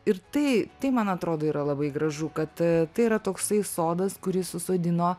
ir tai tai man atrodo yra labai gražu kad tai yra toksai sodas kurį susodino